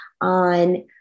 on